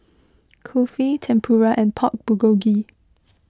Kulfi Tempura and Pork Bulgogi